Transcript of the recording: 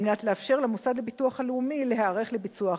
על מנת לאפשר למוסד לביטוח לאומי להיערך לביצוע החוק.